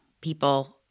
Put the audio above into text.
people